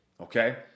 Okay